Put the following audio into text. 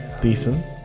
Decent